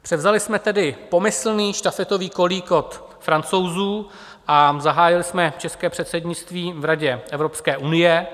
Převzali jsme tedy pomyslný štafetový kolík od Francouzů a zahájili jsme české předsednictví v Radě Evropské unie.